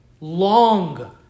long